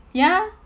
ya